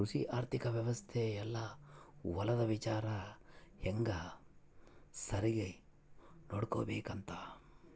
ಕೃಷಿ ಆರ್ಥಿಕ ವ್ಯವಸ್ತೆ ಯೆಲ್ಲ ಹೊಲದ ವಿಚಾರ ಹೆಂಗ ಸರಿಗ ನೋಡ್ಕೊಬೇಕ್ ಅಂತ